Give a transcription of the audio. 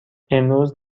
امروز